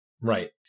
Right